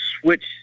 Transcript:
switch